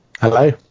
Hello